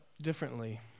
differently